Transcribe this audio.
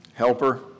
helper